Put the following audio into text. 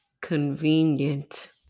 Convenient